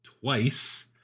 twice